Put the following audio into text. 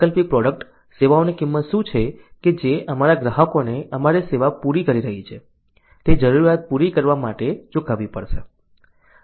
વૈકલ્પિક પ્રોડક્ટ સેવાઓની કિંમત શું છે કે જે અમારા ગ્રાહકોને અમારી સેવા પૂરી કરી રહી છે તે જરૂરિયાત પૂરી કરવા માટે ચૂકવવી પડશે